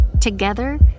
Together